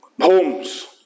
homes